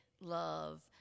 love